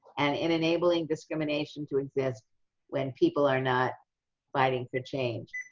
and enabling discrimination to exist when people are not fighting for change.